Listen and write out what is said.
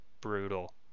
brutal